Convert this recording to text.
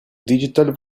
digital